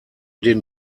den